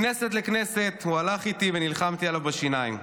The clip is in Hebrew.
מכנסת לכנסת הוא הלך איתי ונלחמתי עליו בשיניים.